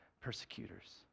persecutors